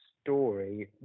story